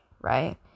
right